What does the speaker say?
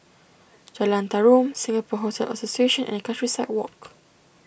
Jalan Tarum Singapore Hotel Association and Countryside Walk